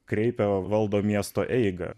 kreipia valdo miesto eigą